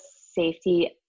safety